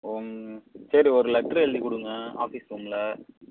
உங்க சரி ஒரு லெட்டர் எழுதிக் கொடுங்க ஆஃபிஸ் ரூமில்